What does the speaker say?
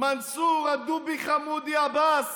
מנסור הדובי-חמודי עבאס,